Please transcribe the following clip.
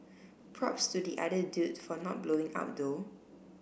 props to the other dude for not blowing up though